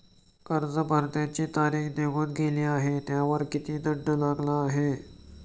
कर्ज भरण्याची तारीख निघून गेली आहे त्यावर किती दंड लागला आहे?